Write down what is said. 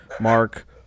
Mark